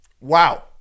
Wow